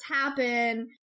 happen